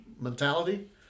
mentality